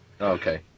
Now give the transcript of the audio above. okay